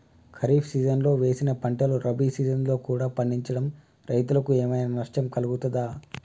ఖరీఫ్ సీజన్లో వేసిన పంటలు రబీ సీజన్లో కూడా పండించడం రైతులకు ఏమైనా నష్టం కలుగుతదా?